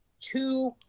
two